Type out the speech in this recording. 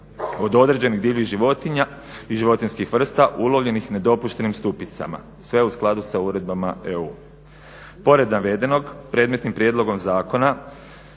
od određenih divljih životinja i životinjskih vrsta ulovljenih u nedopuštenim stupicama sve u skladu s uredbama EU.